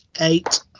Eight